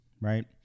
right